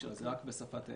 זה רק בשפת האם.